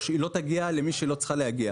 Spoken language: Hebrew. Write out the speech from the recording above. או שהיא לא תגיע למי שהיא לא צריכה להגיע.